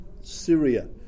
Syria